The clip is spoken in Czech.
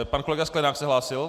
Pan kolega Sklenák se hlásil?